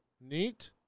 Neat